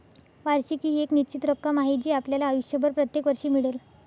वार्षिकी ही एक निश्चित रक्कम आहे जी आपल्याला आयुष्यभर प्रत्येक वर्षी मिळेल